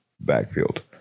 backfield